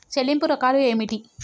చెల్లింపు రకాలు ఏమిటి?